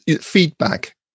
Feedback